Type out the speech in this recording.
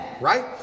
right